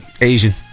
Asian